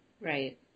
Right